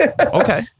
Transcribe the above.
Okay